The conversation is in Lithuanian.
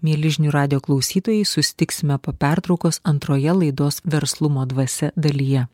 mieli žinių radijo klausytojai susitiksime po pertraukos antroje laidos verslumo dvasia dalyje